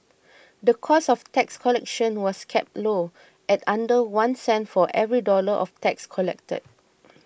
the cost of tax collection was kept low at under one cent for every dollar of tax collected